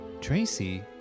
Tracy